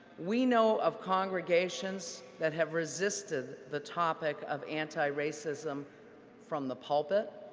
we know of congregations that have resisted the topic of anti-racism from the pulpit